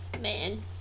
Man